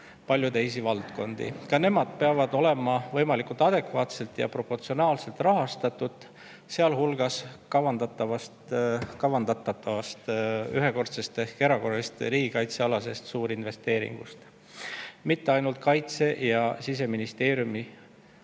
paljusid teisi valdkondi. Ka nemad peavad olema võimalikult adekvaatselt ja proportsionaalselt rahastatud, sealhulgas kavandatavast ühekordsest ehk erakorralisest riigikaitsealasest suurinvesteeringust. Mitte ainult Kaitseministeeriumi